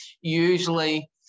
usually